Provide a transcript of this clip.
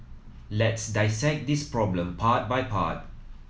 let's dissect this problem part by part